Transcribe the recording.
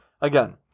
Again